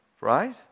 Right